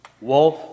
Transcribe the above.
Wolf